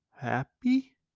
Happy